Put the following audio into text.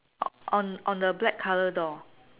on on the black colour door